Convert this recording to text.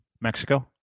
Mexico